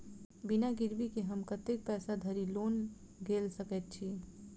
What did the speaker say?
बिना गिरबी केँ हम कतेक पैसा धरि लोन गेल सकैत छी?